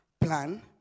plan